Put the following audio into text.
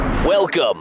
Welcome